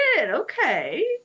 Okay